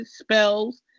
spells